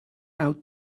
out